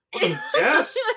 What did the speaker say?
yes